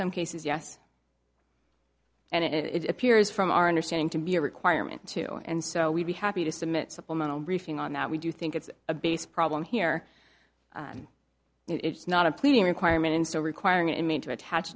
some cases yes and it appears from our understanding to be a requirement to and so we'd be happy to submit supplemental briefing on that we do think it's a base problem here and it's not a pleading requirement and so requiring an inmate to attach